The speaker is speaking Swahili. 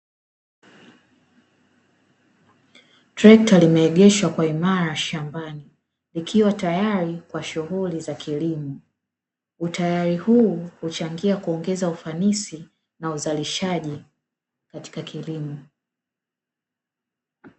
Trekta limeegeshwa kwa imara shambani, likiwa tayari kwa shughuli za kilimo. Utayari huu huchangia kuongeza ufanisi, na uzalishaji katika kilimo.